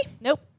Nope